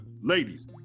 Ladies